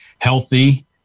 healthy